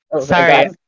sorry